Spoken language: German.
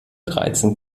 dreizehn